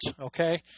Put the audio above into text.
okay